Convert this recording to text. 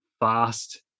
Fast